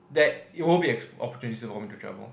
there it will be opportunities for me to travel